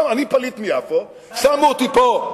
אני פליט מיפו, שמו אותי פה,